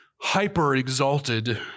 Hyper-exalted